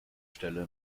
stelle